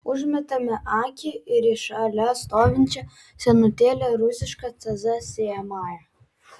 užmetame akį ir į šalia stovinčią senutėlę rusišką cz sėjamąją